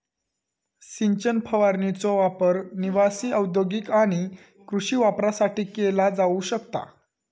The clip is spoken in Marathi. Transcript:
सिंचन फवारणीचो वापर निवासी, औद्योगिक आणि कृषी वापरासाठी केलो जाऊ शकता